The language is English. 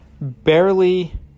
barely